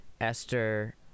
Esther